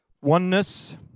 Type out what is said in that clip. Oneness